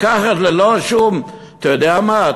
לקחת ללא שום אתה יודע מה?